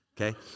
Okay